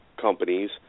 companies